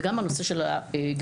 וגם הנושא של הגנים.